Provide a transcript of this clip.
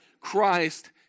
Christ